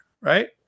right